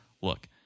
Look